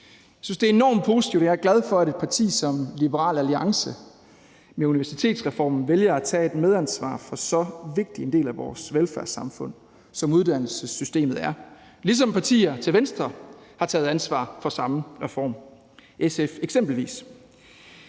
Jeg synes, det er enormt positivt, og jeg er glad for, at et parti som Liberal Alliance med universitetsreformen vælger at tage et medansvar for så vigtig en del af vores velfærdssamfund, som uddannelsessystemet er, ligesom partier til venstre har taget ansvar for samme reform, eksempelvis